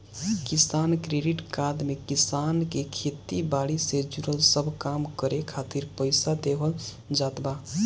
किसान credit card में किसान के खेती बारी से जुड़ल सब काम करे खातिर पईसा देवल जात बा